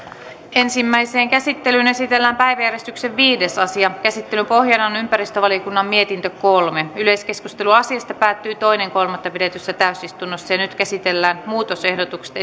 ensimmäiseen käsittelyyn esitellään päiväjärjestyksen viides asia käsittelyn pohjana on ympäristövaliokunnan mietintö kolme yleiskeskustelu asiasta päättyi toinen kolmatta kaksituhattakuusitoista pidetyssä täysistunnossa nyt käsitellään muutosehdotukset